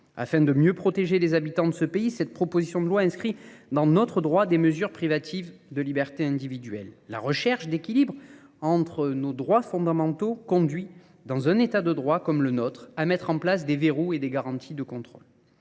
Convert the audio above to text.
Afin de mieux protéger les habitants de ce pays, cette proposition de loi inscrit dans notre droit des mesures privatives de liberté individuelle. La recherche d'équilibre entre nos droits fondamentaux conduit, dans un état de droit comme le nôtre, à mettre en place des verrous et des garanties de contrôle.